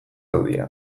aldian